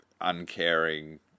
uncaring